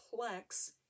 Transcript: complex